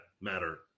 matter